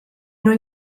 non